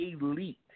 elite